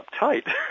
uptight